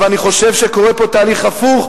אבל אני חושב שקורה פה תהליך הפוך,